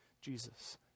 Jesus